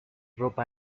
ropa